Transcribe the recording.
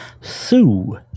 Sue